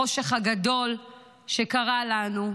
החושך הגדול שקרה לנו,